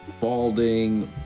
balding